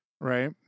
right